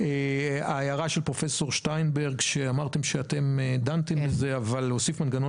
פרופסור שטיינברג לגבי הוספת מנגנון